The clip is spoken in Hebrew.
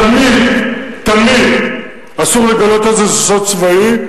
תמיד, תמיד, אסור לגלות את זה, זה סוד צבאי,